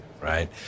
right